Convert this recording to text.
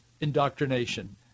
indoctrination